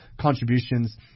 contributions